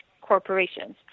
corporations